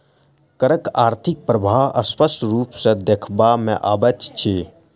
करक आर्थिक प्रभाव स्पष्ट रूप सॅ देखबा मे अबैत अछि